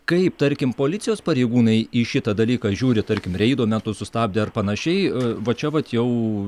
kaip tarkim policijos pareigūnai į šitą dalyką žiūri tarkim reido metu sustabdę ar panašiai va čia vat jau